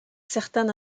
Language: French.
certain